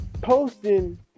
Posting